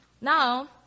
now